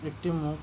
একটি মুখ